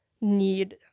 need